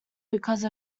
because